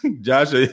Josh